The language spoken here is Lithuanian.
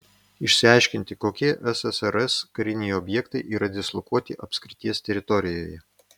išsiaiškinti kokie ssrs kariniai objektai yra dislokuoti apskrities teritorijoje